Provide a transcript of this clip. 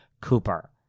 Cooper